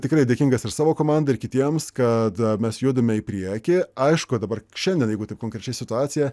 tikrai dėkingas ir savo komandai ir kitiems kad mes judame į priekį aišku dabar šiandien jeigu taip konkrečia situacija